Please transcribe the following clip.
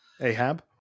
ahab